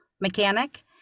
Mechanic